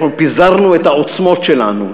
פיזרנו את העוצמות שלנו,